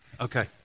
Okay